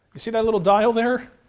see that little dial there?